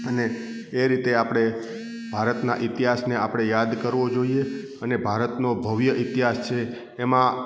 અને એ રીતે આપણે ભારતનાં ઈતિહાસને આપણે યાદ કરવો જોઈએ અને ભારતનો ભવ્ય ઈતિહાસ છે એમાં